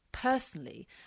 personally